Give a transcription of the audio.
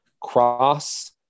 Cross